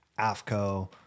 AFCO